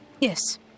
Yes